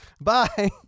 Bye